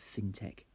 fintech